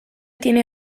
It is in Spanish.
tiene